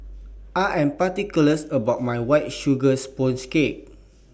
I Am particular about My White Sugar Sponge Cake